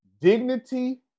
dignity